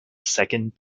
second